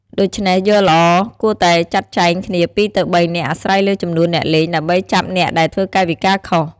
ដូច្នេះ យកល្អ គួរតែចាត់ចែងគ្នា ២ ទៅ ៣ នាក់អាស្រ័យលើចំនួនអ្នកលេង ដើម្បីចាប់អ្នកដែលធ្វើកាយវិការខុស។